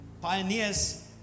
Pioneers